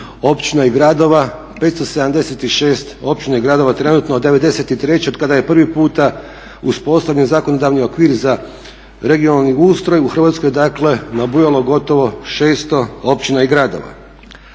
općina i gradova, 576 općina i gradova trenutno od 93.od kada je prvi puta uspostavljen zakonodavni okvir za regionalni ustroj u Hrvatskoj, dakle nabujalo gotovo 600 općina i gradova.